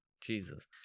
Jesus